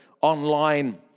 online